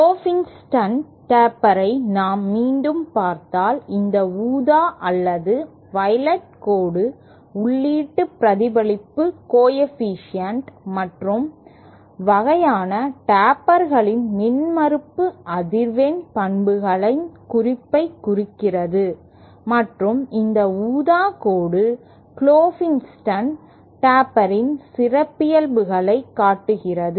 Klopfenstein டேப்பரை நாம் மீண்டும் பார்த்தால் இந்த ஊதா அல்லது வயலட் கோடு உள்ளீட்டு பிரதிபலிப்பு கோஎஃபீஷியேன்ட் பல்வேறு வகையான டேப்பர்களின் மின்மறுப்பு அதிர்வெண் பண்புகளின் குறிப்பைக் குறிக்கிறது மற்றும் இந்த ஊதா கோடு க்ளோபென்ஸ்டீன் டேப்பரின் சிறப்பியல்புகளைக் காட்டுகிறது